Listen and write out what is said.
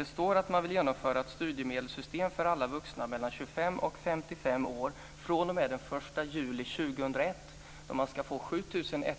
Det står att man vill genomföra ett studiemedelssystem för alla vuxna mellan 25 och 55 år fr.o.m. den 1 juli 2001. Man ska få 7